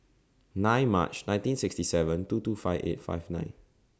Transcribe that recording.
nine March nineteen sixty seven two two five eight five nine